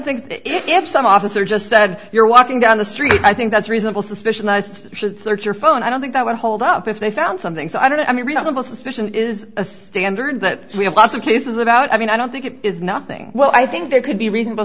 think if some officer just said you're walking down the street i think that's reasonable suspicion should search your phone i don't think that would hold up if they found something so i don't i mean reasonable suspicion is a standard that we have lots of cases about i mean i don't think it is nothing well i think there could be reasonable